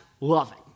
loving